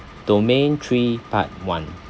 domain three part one